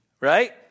Right